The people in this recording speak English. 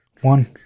One